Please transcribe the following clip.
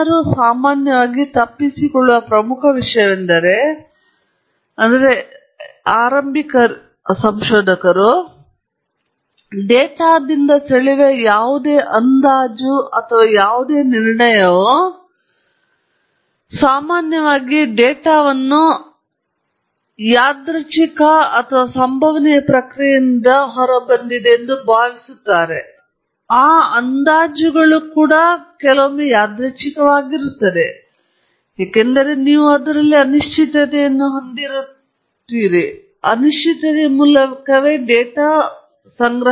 ಜನರು ಸಾಮಾನ್ಯವಾಗಿ ತಪ್ಪಿಸಿಕೊಳ್ಳುವ ಪ್ರಮುಖ ವಿಷಯವೆಂದರೆ ಆರಂಭಿಕರಿಗಾಗಿ ನಾನು ಡೇಟಾದಿಂದ ಸೆಳೆಯುವ ಯಾವುದೇ ಅಂದಾಜು ಅಥವಾ ಯಾವುದೇ ನಿರ್ಣಯವು ಮತ್ತು ಸಾಮಾನ್ಯವಾಗಿ ಸಾಕಷ್ಟು ಡೇಟಾವನ್ನು ಯಾದೃಚ್ಛಿಕ ಅಥವಾ ಸಂಭವನೀಯ ಪ್ರಕ್ರಿಯೆಯಿಂದ ಹೊರಬರಲು ಭಾವಿಸಲಾಗಿದೆ ಆ ಅಂದಾಜುಗಳು ಅಂದಾಜುಗಳು ಕೂಡ ಯಾದೃಚ್ಛಿಕವಾಗಿರುತ್ತವೆ ಏಕೆಂದರೆ ನೀವು ಅದರಲ್ಲಿ ಅನಿಶ್ಚಿತತೆಯನ್ನು ಹೊಂದಿರುವ ಡೇಟಾದ ಮೂಲಕ ಹಾಕುತ್ತಿದ್ದಾರೆ